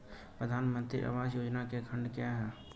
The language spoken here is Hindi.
प्रधानमंत्री आवास योजना के खंड क्या हैं?